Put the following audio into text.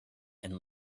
and